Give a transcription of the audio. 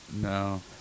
No